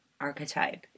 archetype